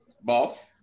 Boss